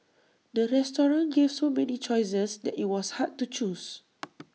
the restaurant gave so many choices that IT was hard to choose